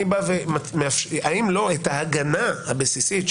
האם לא את ההגנה הבסיסית,